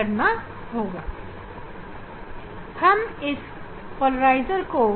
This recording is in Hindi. अब हम पोलराइजर को